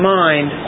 mind